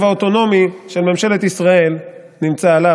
האוטונומי של ממשלת ישראל נמצא עליו.